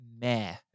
meh